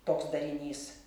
toks darinys